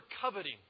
coveting